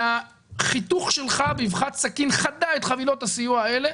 והחיתוך שלך באבחת סכין חדה את חבילות הסיוע האלה,